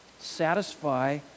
satisfy